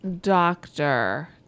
doctor